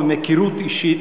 ומהיכרות אישית,